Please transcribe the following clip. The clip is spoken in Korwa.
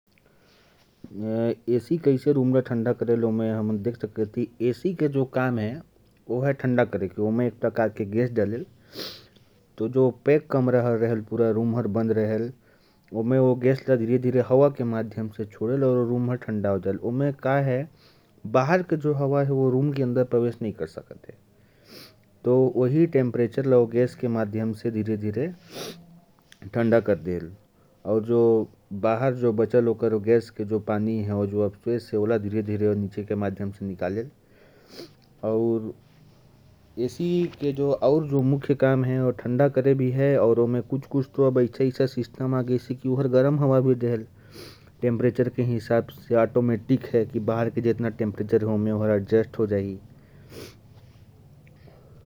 ऐसी से हम अपने रूम को कैसे ठंडा कर सकते हैं, इसे हम देख सकते हैं। इसमें एक प्रकार की गैस डाली जाती है, जो रूम को ठंडा करती है। ऐसी, बाहर की हवा को अंदर आने नहीं देती, और इसी प्रकार से यह रूम को ठंडा करती है।